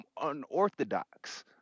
unorthodox